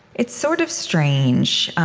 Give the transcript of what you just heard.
it's sort of strange.